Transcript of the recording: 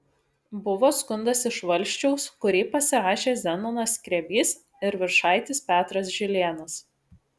buvo skundas iš valsčiaus kurį pasirašė zenonas skrebys ir viršaitis petras žilėnas